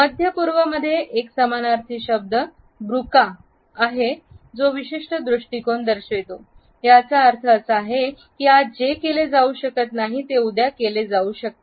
मध्य पूर्व मध्ये एक समानार्थी शब्द बुक्रा आहे जो विशिष्ट दृष्टीकोन दर्शवितो याचा अर्थ असा आहे की आज जे केले जाऊ शकत नाही ते उद्या केले जाऊ शकते